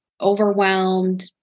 overwhelmed